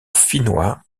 finnois